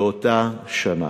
באותה שנה.